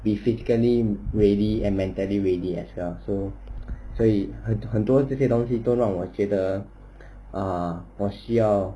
be physically ready and mentally ready as well so 所以很很多这些东西都让我觉得 ah 我需要